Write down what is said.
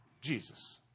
Jesus